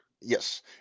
Yes